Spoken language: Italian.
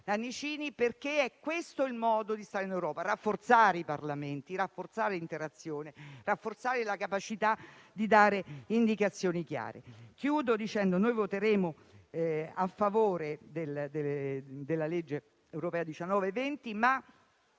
perché questo è il modo di stare in Europa: rafforzare i Parlamenti, l'interazione e la capacità di dare indicazioni chiare. Chiudo dicendo che voteremo a favore della legge europea per il